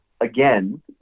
again